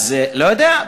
לא יודע,